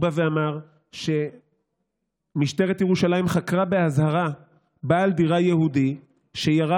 הוא בא ואמר שמשטרת ירושלים חקרה באזהרה בעל דירה יהודי שירה